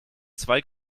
zwei